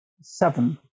seven